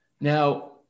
Now